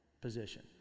position